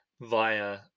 via